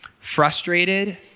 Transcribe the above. frustrated